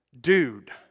dude